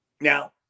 now